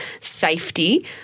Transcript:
safety